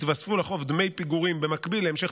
יתווספו לחוב דמי פיגורים במקביל להמשך